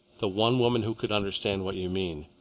the one woman who could understand what you mean,